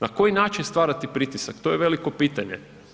Na koji način stvarati pritisak, to je veliko pitanje?